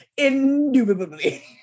Indubitably